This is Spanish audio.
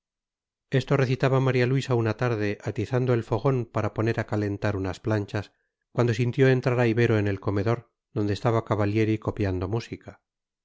esto recitaba maría luisa una tarde atizando el fogón para poner a calentar unas planchas cuando sintió entrar a ibero en el comedor donde estaba cavallieri copiando música